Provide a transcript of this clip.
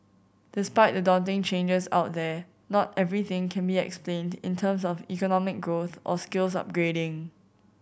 despite the daunting changes out there not everything can be explained in terms of economic growth or skills upgrading